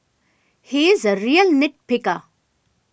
he is a real nit picker